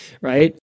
right